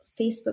Facebook